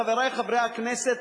חברי חברי הכנסת,